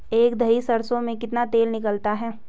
एक दही सरसों में कितना तेल निकलता है?